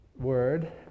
word